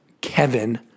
Kevin